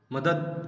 मदत